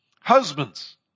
Husbands